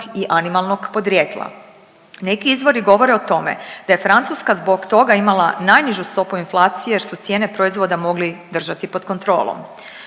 i animalnog podrijetla. Neki izvori govore o tome da je Francuska zbog toga imala najnižu stopu inflacije jer su cijene proizvoda mogli držati pod kontrolom.